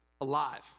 alive